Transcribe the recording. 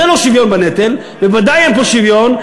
זה לא שוויון בנטל ובוודאי אין פה שוויון.